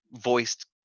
voiced